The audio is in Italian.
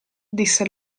disse